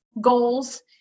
goals